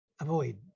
avoid